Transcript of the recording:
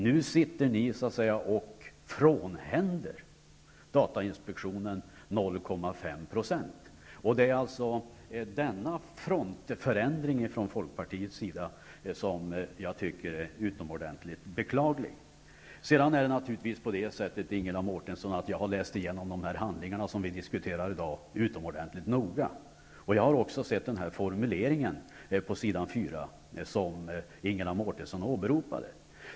Nu sitter ni och frånhänder datainspektionen 0,5 %. Det är alltså denna frontförändring från folkpartiets sida som jag tycker är utomordentligt beklaglig. Sedan är det naturligtvis på det sättet, Ingela Mårtensson, att jag utomordentligt noga har läst igenom handlingarna som vi diskuterar. Jag har också sett formuleringen på s. 4 som Ingela Mårtensson åberopade.